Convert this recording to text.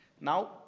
Now